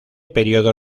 periodo